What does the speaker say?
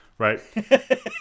Right